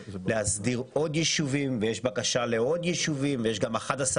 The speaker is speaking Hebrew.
להסדיר עוד ישובים ויש בקשה לעוד ישובים ויש גם את 11